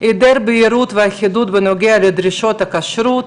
היעדר בהירות ואחידות בנוגע לדרישות הכשרות,